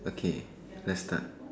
okay let's start